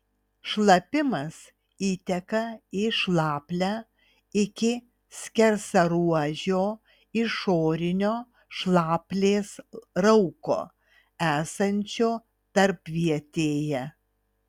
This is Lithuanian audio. šlapimas įteka į šlaplę iki skersaruožio išorinio šlaplės rauko esančio tarpvietėje